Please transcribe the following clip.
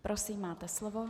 Prosím, máte slovo.